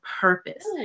purpose